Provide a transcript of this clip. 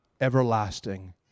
everlasting